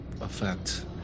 affect